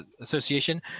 Association